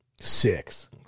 six